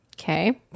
Okay